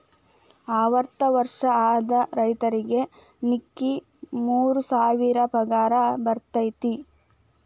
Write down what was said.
ಅರ್ವತ್ತ ವರ್ಷ ಆದ ರೈತರಿಗೆ ನಿಕ್ಕಿ ಮೂರ ಸಾವಿರ ಪಗಾರ ಬರ್ತೈತಿ